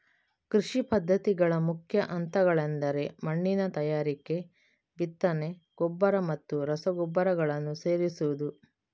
ಕೃಷಿ ಪದ್ಧತಿಗಳ ಮುಖ್ಯ ಹಂತಗಳೆಂದರೆ ಮಣ್ಣಿನ ತಯಾರಿಕೆ, ಬಿತ್ತನೆ, ಗೊಬ್ಬರ ಮತ್ತು ರಸಗೊಬ್ಬರಗಳನ್ನು ಸೇರಿಸುವುದು